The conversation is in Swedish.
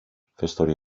förstår